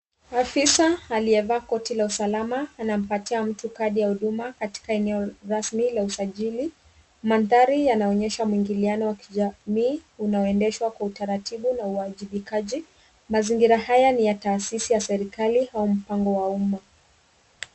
Afisa aliyevaa koti la usalama anampatia mtu kadi ya huduma katika eneo rasmi la usajili. Mandhari yanaonyesha muingiliano wa kijamii unaoendeshwa kwa utaratibu na uwajibikaji. Mazingira haya ni ya taasisi ya serikali au mpango wa umma.